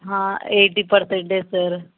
eighty percentage sir